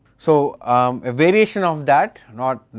so a variation of that, not,